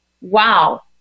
Wow